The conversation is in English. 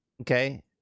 okay